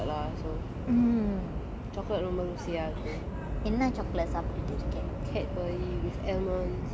ah நீ வந்து பேசுறதெல்லாம் கேட்டுட்டு இருக்கேன்:nee vanthu pesurathellam kettuttu irukkan and I'm also eating chocolate lah so chocolate ரொம்ப ருசியா இருக்கு:romba rusiya irukku